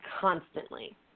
constantly